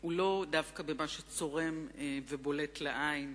הוא לא דווקא במה שצורם ובולט לעין,